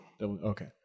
Okay